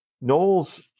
Knowles